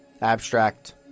abstract